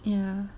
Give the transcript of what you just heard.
ya